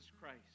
Christ